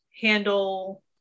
handle